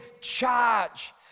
charge